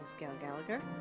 gayle gallagher.